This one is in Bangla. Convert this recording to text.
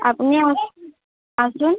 আপনি আসুন